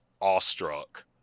awestruck